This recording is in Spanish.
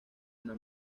ana